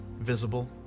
visible